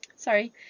Sorry